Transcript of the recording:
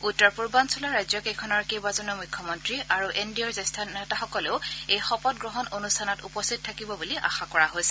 উত্তৰ পূৰ্বাঞ্চলৰ ৰাজ্যকেইখনৰ কেইবাজনো মুখ্যমন্ত্ৰী আৰু এনডিএৰ জ্যেষ্ঠ নেতা এই শপত গ্ৰহণ অনুষ্ঠানত উপস্থিত থাকিব বুলি আশা কৰা হৈছে